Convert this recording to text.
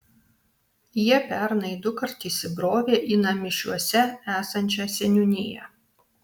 jie pernai dukart įsibrovė į namišiuose esančią seniūniją